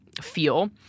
feel